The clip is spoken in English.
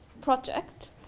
project